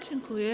Dziękuję.